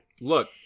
Look